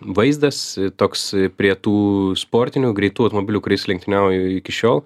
vaizdas toks prie tų sportinių greitų automobilių kuriais lenktyniauju iki šiol